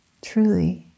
truly